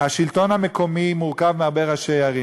השלטון המקומי מורכב מהרבה ראשי ערים.